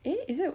eh is it